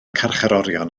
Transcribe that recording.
carcharorion